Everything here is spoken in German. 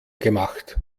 gemacht